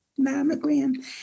mammogram